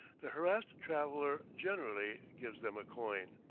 the harassed traveller generally gives them a coin.